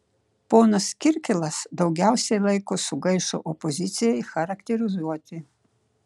ponas kirkilas daugiausiai laiko sugaišo opozicijai charakterizuoti